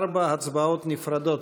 ארבע הצבעות נפרדות,